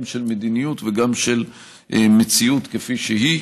הם תולדה גם של מדיניות וגם של מציאות כפי שהיא.